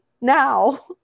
now